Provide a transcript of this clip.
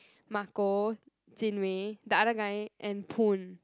Marco Jin-Wei the other guy and Poon